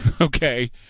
Okay